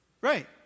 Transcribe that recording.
Right